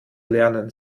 lernen